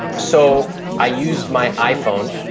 so i used my iphone,